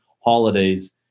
holidays